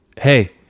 hey